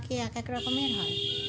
এক এক রকমের হয়